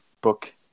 book